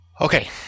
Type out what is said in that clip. Okay